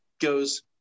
goes